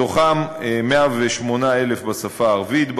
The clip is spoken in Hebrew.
מתוכם 108,000 בשפה הערבית,